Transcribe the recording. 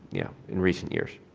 yeah, in recent years.